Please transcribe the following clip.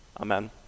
Amen